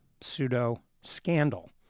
pseudo-scandal